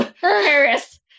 Paris